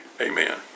amen